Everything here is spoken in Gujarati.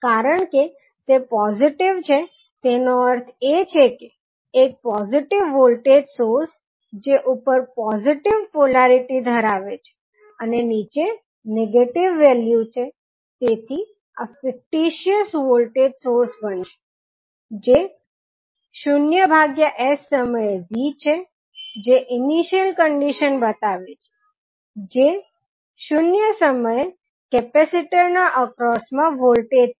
કારણ કે તે પોઝિટીવ છે તેનો અર્થ એ છે કે એક પોઝિટીવ વોલ્ટેજ સોર્સ જે ઉપર પોઝિટીવ પોલારીટી ધરાવે છે અને નીચે નેગેટિવ વેલ્યુ છે તેથી આ ફિક્ટીટીયસ વોલ્ટેજ સોર્સ બનશે જે 0s સમયે v છે જે ઇનીશીયલ કંડીશન બતાવે છે જે 0 સમયએ કેપેસિટર ના અક્રોસમા વોલ્ટેજ છે